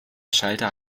schalter